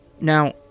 Now